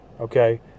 Okay